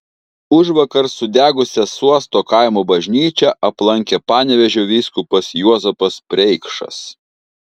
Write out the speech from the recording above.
užvakar sudegusią suosto kaimo bažnyčią aplankė panevėžio vyskupas juozapas preikšas